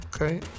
Okay